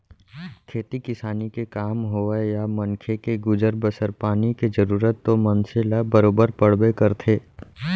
खेती किसानी के काम होवय या मनखे के गुजर बसर पानी के जरूरत तो मनसे ल बरोबर पड़बे करथे